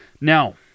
now